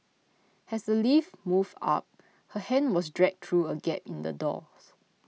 as the lift moved up her hand was dragged through a gap in the doors